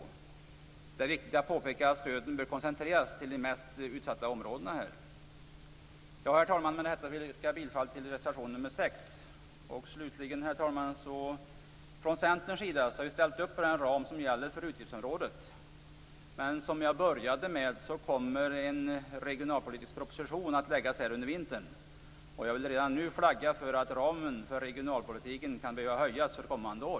Men det är viktigt att påpeka att stöden bör koncentreras till de mest utsatta områdena. Herr talman! Med detta yrkar jag bifall till reservation 6. Slutligen, herr talman: Från Centerns sida har vi ställt upp på den ram som gäller för utgiftsområdet. Som jag började med att säga kommer en regionalpolitisk proposition att läggas fram under vintern. Jag vill redan nu flagga för att ramen för regionalpolitiken kan behöva höjas för kommande år.